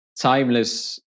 timeless